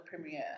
premiere